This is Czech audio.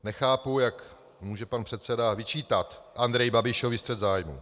Nechápu, jak může pan předseda vyčítat Andreji Babišovi střet zájmu.